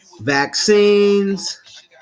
Vaccines